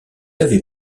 avait